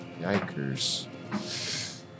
Yikers